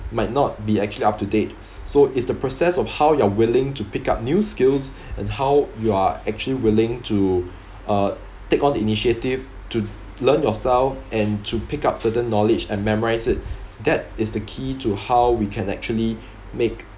might not be actually up to date so is the process of how you are willing to pick up new skills and how you are actually willing to uh take all the initiative to learn yourself and to pick up certain knowledge and memorise it that is the key to how we can actually make